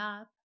up